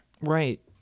right